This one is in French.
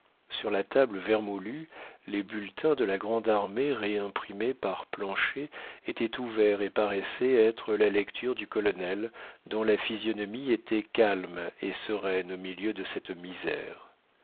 sur la table vermoulue les bulletins de la grande-armée réimprimés par plancher étaient ouverts et paraissaient être la lecture du colonel dont la physionomie était calme et sereine au milieu de cette misère